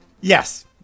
Yes